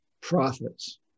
profits